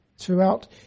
Throughout